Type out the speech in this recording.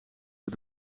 met